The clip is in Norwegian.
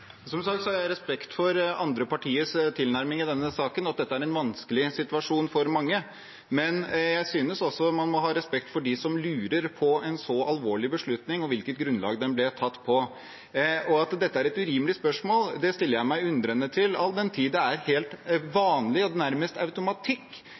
Som sagt har jeg respekt for andre partiers tilnærming i denne saken og at dette er en vanskelig situasjon for mange, men jeg synes også man må ha respekt for dem som lurer på en så alvorlig beslutning og hvilket grunnlag den ble tatt på. At det er et urimelig spørsmål, stiller jeg meg undrende til all den tid dette er helt